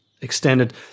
extended